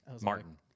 Martin